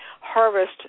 harvest